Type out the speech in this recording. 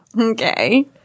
Okay